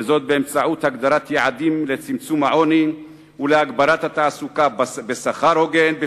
וזאת באמצעות הגדרת יעדים לצמצום העוני ולהגברת התעסוקה בשכר הוגן,